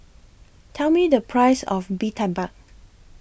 Tell Me The Price of Bee Tai Mak